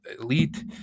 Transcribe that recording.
elite